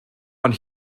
ond